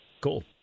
Cool